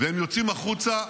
והם יוצאים החוצה,